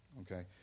okay